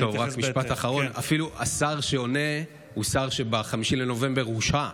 רק משפט אחרון: אפילו השר שעונה הוא שר שב-5 בנובמבר הושעה,